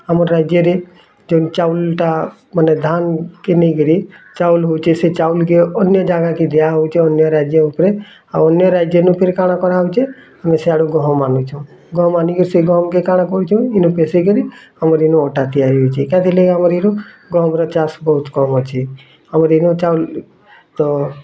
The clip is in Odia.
ଆମ ରାଜ୍ୟରେ ଯେନ୍ ଚାଉଲ୍ ଟା ମାନେ ଧାନ୍ କେ ନେଇ କିରି ଚାଉଲ୍ ହଉଛେ ସେ ଚାଉଲ୍ କେ ଅନ୍ୟ ଜାଗା କେ ଦିଆ ହଉଛେ ଅନ୍ୟ ରାଜ୍ୟ ଉପରେ ଆଉ ଅନ୍ୟ ରାଜ୍ୟନୁ ଫିର କାଣା କରା ହଉଛେ ଆମେ ସିଆଡ଼ୁ ଗହମ ଆନିଛୁ ଗହମ ଆନିକିରି ସେ ଗହମ କେ କାଣା କରୁଚୁ ଏନୁ ପେସେଇ କରି ଆମର ଏନୁ ଅଟା ତିଆରି ହଉଛେ କେଥିର ଲାଗି ଆମର ଏନୁ ଗହମ୍ର ଚାଷ ବହୁତ କମ୍ ଅଛି ଆମର ଏନୁ ଚାଉଲ୍ ତ